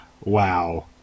Wow